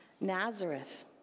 Nazareth